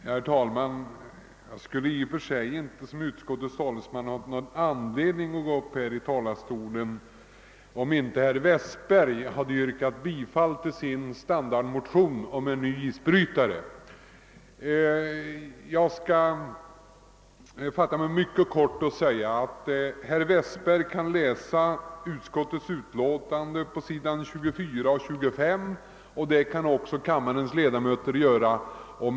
Herr talman! Jag skulle i och för sig inte i egenskap av utskottets talesman ha haft någon anledning att begära ordet, om inte herr Westberg hade yrkat bifall till sin standardmotion om en ny isbrytare. Jag skall fatta mig mycket kort och säga, att herr Westberg kan läsa utskottets utlåtande på s. 24 och 25, vilket också kammarens ledamöter kan göra.